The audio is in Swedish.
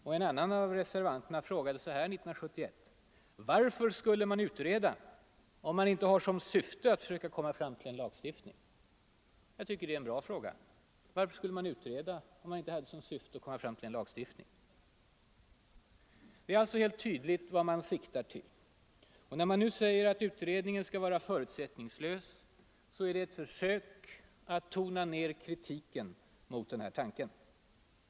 Och en annan av reservanterna frågade så här 1971: ”Varför skulle man utreda, om man inte har som syfte att försöka komma fram till en lagstiftning?” Jag tycker det är en bra fråga. Varför skulle man utreda om man inte hade som syfte att komma fram till en lagstiftning? Det är ju tydligt vad man siktar till. När man nu säger att utredningen skall vara ”förutsättningslös” är det ett försök att tona ner kritiken mot den här tanken.